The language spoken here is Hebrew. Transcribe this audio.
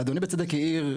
אדוני בצדק העיר,